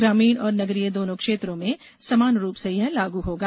ग्रामीण और नगरीय दोनों क्षेत्रों में समान रूप से लागू होगा